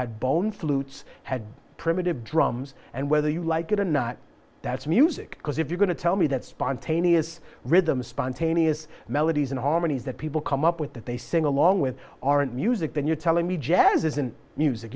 had bone flutes had primitive drums and whether you like it or not that's music because if you're going to tell me that spontaneous rhythm spontaneous melodies and harmonies that people come up with that they sing along with aren't music then you're telling me jazz isn't music